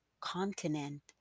continent